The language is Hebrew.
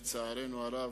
לצערנו הרב,